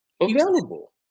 available